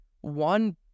one